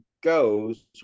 goes